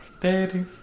Daddy